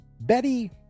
Betty